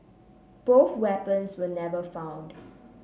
both weapons were never found